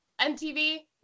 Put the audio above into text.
MTV